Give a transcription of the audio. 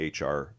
HR